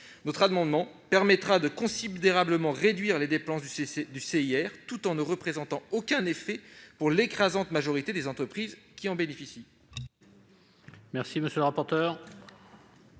notre amendement permettrait de considérablement réduire les dépenses du CIR, tout en n'ayant aucun effet sur l'écrasante majorité des entreprises qui en bénéficient.